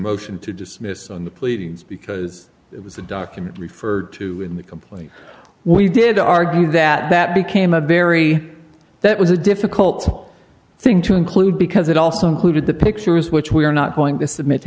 motion to dismiss on the pleadings because it was the document referred to in the complaint we did argue that that became a very that was a difficult thing to include because it also included the pictures which we are not going to submit to